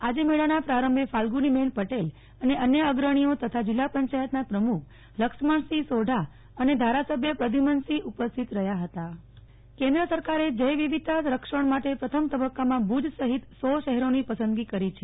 આજે મેળાનાં પ્રારંભે ફાલ્ગુની બેન પટેલ અને અન્ય અગ્રણીઓ તથા જીલ્લા પંચાયતના પ્રમુખ લક્ષ્મણસિંહ સોઢા અને ધારાસભ્ય પ્રદ્યમ્નસિંહ ઉપસ્થિત રહ્યા હતા નેહ્લ ઠકકર કેન્દ્ર સરકારે જૈવ વિવિધતા રક્ષણ માટે પ્રથમ તબ્બકામાં ભુજ સહીત શહેરોની પસંદગી કરી છે